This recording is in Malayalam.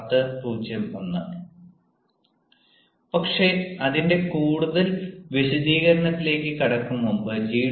പക്ഷേ അതിൻറെ കൂടുതൽ വിശദീകരണത്തിൽ കടക്കുന്നതിന് മുമ്പ് ജി